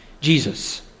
Jesus